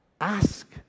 Ask